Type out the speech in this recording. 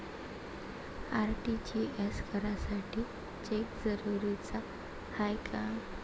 RTGS करासाठी cheque जरुरीचा हाय काय?